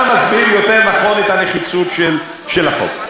מה מסביר יותר נכון את הנחיצות של החוק?